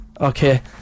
Okay